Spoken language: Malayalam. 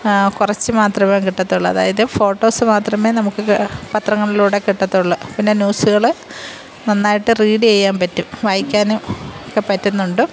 കുറച്ച് മാത്രമേ കിട്ടത്തുള്ളൂ അതായത് ഫോട്ടോസ് മാത്രമേ നമുക്ക് പത്രങ്ങളിലൂടെ കിട്ടത്തുള്ളൂ പിന്നെ ന്യൂസ്കള് നന്നായിട്ട് റീഡ് ചെയ്യാൻ പറ്റും വായിക്കാനും ഒക്കെ പറ്റുന്നുണ്ട്